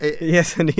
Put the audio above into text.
Yes